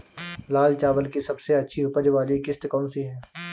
लाल चावल की सबसे अच्छी उपज वाली किश्त कौन सी है?